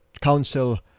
council